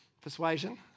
persuasion